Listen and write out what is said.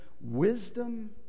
wisdom